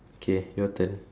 okay your turn